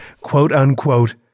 quote-unquote